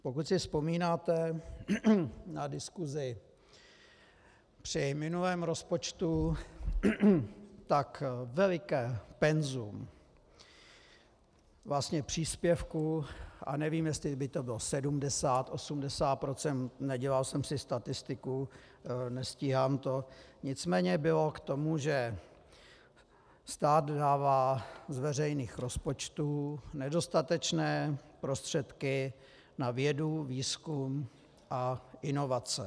Pokud si vzpomínáte na diskusi při minulém rozpočtu, tak veliké penzum příspěvků, a nevím, jestli by to bylo 70, 80 %, nedělal jsem si statistiku, nestíhám to, nicméně bylo k tomu, že stát vydává z veřejných rozpočtů nedostatečné prostředky na vědu, výzkum a inovace.